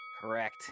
Correct